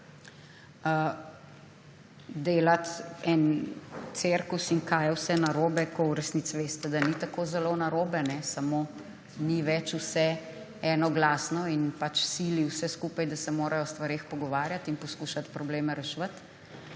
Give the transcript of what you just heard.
Delati cirkus in kaj je vse narobe, ko v resnici veste, da ni tako zelo narobe, samo ni več vse enoglasno in sili vse skupaj, da se morajo o stvareh pogovarjati in poskušati probleme reševati.